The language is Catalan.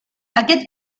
aquest